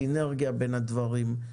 סינרגיה בין הדברים,